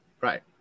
Right